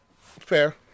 Fair